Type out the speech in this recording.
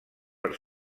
per